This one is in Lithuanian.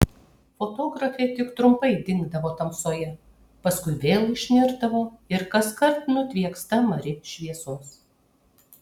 fotografė tik trumpai dingdavo tamsoje paskui vėl išnirdavo ir kaskart nutvieksta mari šviesos